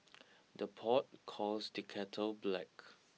the pot calls the kettle black